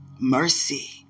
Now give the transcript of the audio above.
Mercy